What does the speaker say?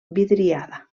vidriada